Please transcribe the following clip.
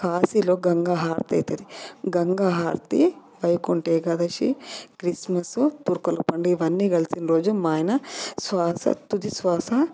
కాశీలో గంగ హారతి అవుతుంది గంగా హారతి వైకుంఠ ఏకాదశి క్రిస్మస్ తుర్కోల్ల పండుగ ఇవన్నీ కలిసిన రోజు మా ఆయన శ్వాస తుది శ్వాస